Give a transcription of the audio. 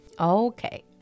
Okay